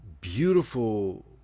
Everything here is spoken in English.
beautiful